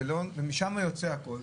ומשם יוצא הכול,